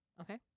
Okay